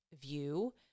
view